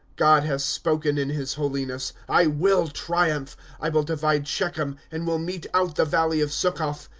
god has spoken in his holiness. i will triumph i will divide shechem, and will mete out the valley of succoth.